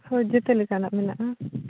ᱦᱳᱭ ᱡᱚᱛᱚ ᱞᱮᱠᱟᱱᱟᱜ ᱢᱮᱱᱟᱜᱼᱟ